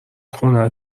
خونه